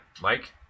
Mike